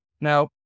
Now